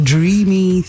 Dreamy